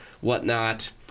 whatnot